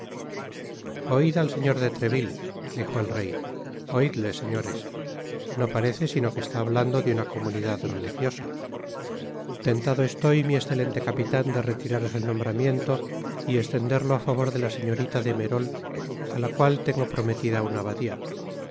oid al señor de treville dijo el rey oidle señores no parece sino que está hablando de una comunidad religiosa tentado estoy mi excelente capitan de retiraros el nombramiento y estenderlo á favor de la señorita de che